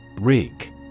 RIG